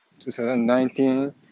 2019